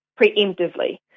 preemptively